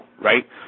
right